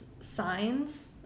signs